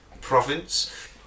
province